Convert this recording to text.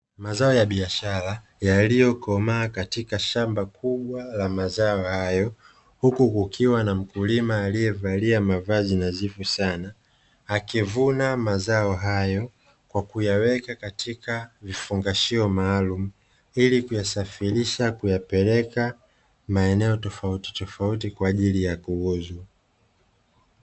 Mazao ya biashara yaliyokomaa katika shamba kubwa la mazao hayo, huku kukiwa na mkulima aliyevalia mavazi nadhifu sana; akivuna mazao hayo kwa kuyaweka katika vifungashio maalumu, ili kuyasafirisha kuyapeleka maeneo tofautitofauti kwa ajili ya kuuzwa.